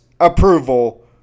approval